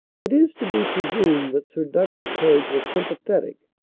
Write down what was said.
it is to be presumed that sir douglas haig was sym pathetic,